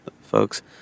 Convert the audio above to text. folks